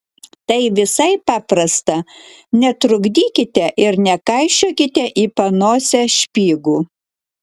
tai visai paprasta netrukdykite ir nekaišiokite į panosę špygų